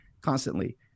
constantly